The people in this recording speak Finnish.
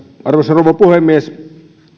arvoisa rouva puhemies